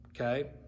okay